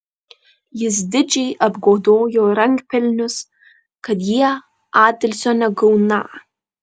jis didžiai apgodojo rankpelnius kad jie atilsio negauną